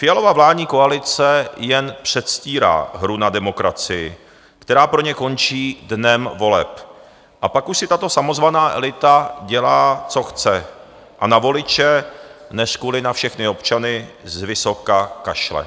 Fialova vládní koalice jen předstírá hru na demokracii, která pro ně končí dnem voleb, a pak už si tato samozvaná elita dělá, co chce, a na voliče, neřkuli na všechny občany, zvysoka kašle.